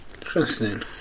Interesting